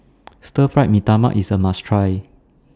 Stir Fry Mee Tai Mak IS A must Try